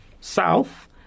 south